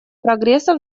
прогресса